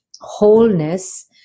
wholeness